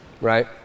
right